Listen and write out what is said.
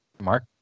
mark